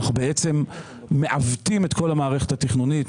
אנחנו בעצם מעוותים את כל המערכת התכנונית,